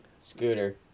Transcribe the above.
Scooter